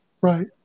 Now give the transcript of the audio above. Right